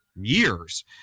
years